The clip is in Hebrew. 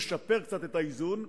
לשפר קצת את האיזון.